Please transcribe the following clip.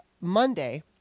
Monday